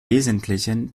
wesentlichen